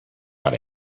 but